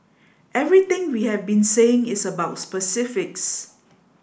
everything we have been saying is about specifics